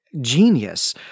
genius